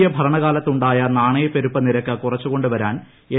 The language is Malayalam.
എ ഭരണകാലത്ത് ഉണ്ടായ നാണയപ്പെരുപ്പ നിരക്ക് കുറച്ചു കൊണ്ടു വരാൻ എൻ